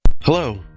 Hello